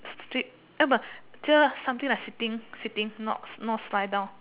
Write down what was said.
street ya but just something like sitting sitting not not lie down